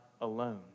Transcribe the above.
alone